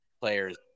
players